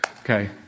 Okay